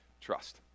trust